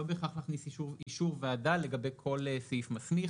בהכרח להכניס אישור ועדה לגבי כל סעיף מסמיך.